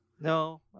No